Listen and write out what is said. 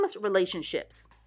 relationships